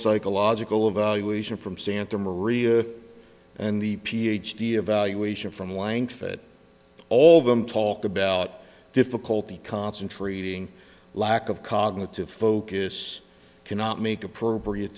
psychological evaluation from santa maria and the ph d evaluation from langfitt all of them talk about difficulty concentrating lack of cognitive focus cannot make appropriate